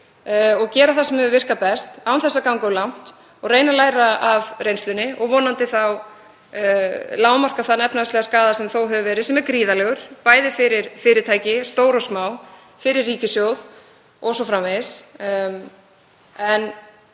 og gera það sem hefur virkað best án þess að ganga of langt og reyna að læra af reynslunni og vonandi þá lágmarka þann efnahagslegan skaða sem þó hefur verið sem er gríðarlegur, bæði fyrir fyrirtæki, stór og smá, fyrir ríkissjóð o.s.frv.